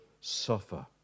suffer